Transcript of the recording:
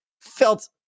felt